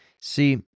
See